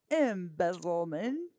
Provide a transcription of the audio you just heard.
embezzlement